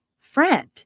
friend